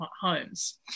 homes